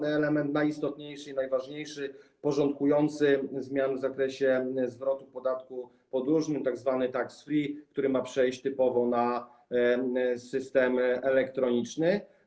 I element chyba najistotniejszy i najważniejszy - porządkujący zmiany w zakresie zwrotu podatku podróżnym tzw. tax free, który ma przejść typowo na system elektroniczny.